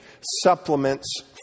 Supplements